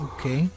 Okay